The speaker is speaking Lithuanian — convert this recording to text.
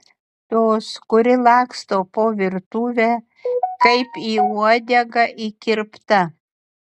tos kuri laksto po virtuvę kaip į uodegą įkirpta